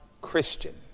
Christian